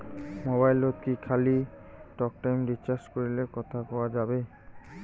মোবাইলত কি খালি টকটাইম রিচার্জ করিলে কথা কয়া যাবে?